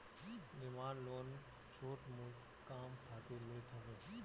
demand loan छोट मोट काम खातिर लेत हवे